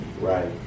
Right